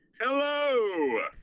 Hello